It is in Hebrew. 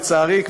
לצערי,